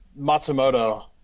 Matsumoto